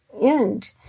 end